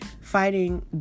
fighting